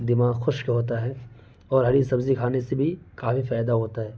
دماغ خشک ہوتا ہے اور ہری سبزی کھانے سے بھی کافی فائدہ ہوتا ہے